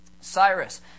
Cyrus